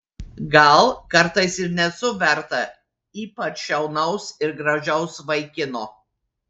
gal kartais ir nesu verta ypač šaunaus ir gražaus vaikino